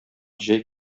җәй